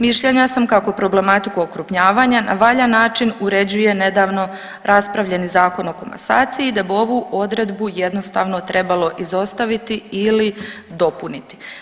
Mišljenja sam kako problematiku okrupnjavanja na valjan način uređuje nedavno raspravljeni Zakon o komasaciji da bi ovu odredbu jednostavno trebalo izostaviti ili dopuniti.